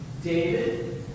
David